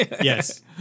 Yes